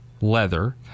Leather